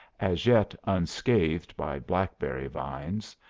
as yet unscathed by blackberry vines,